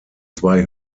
zwei